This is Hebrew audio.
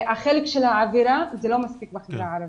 החלק של העבירה, זה לא מספיק בחברה הערבית.